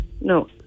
No